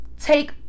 take